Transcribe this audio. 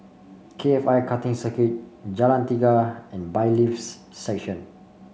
K F I Karting Circuit Jalan Tiga and Bailiffs' Section